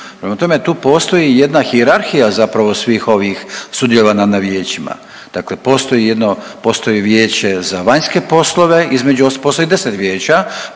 Prema tome, tu postoji jedna hijerarhija zapravo svih ovih sudjelovanja na vijećima. Dakle postoji jedno, postoji Vijeće za vanjske poslove, između ostalog,